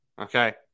Okay